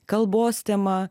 kalbos tema